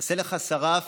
"עשה לך שרף